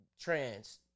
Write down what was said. Trans